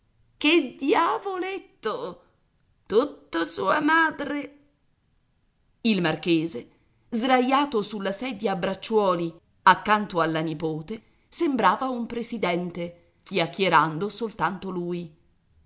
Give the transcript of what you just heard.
che diavoletto tutto sua madre il marchese sdraiato sulla sedia a bracciuoli accanto alla nipote sembrava un presidente chiacchierando soltanto lui